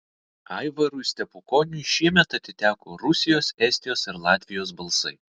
aivarui stepukoniui šiemet atiteko rusijos estijos ir latvijos balsai